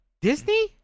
Disney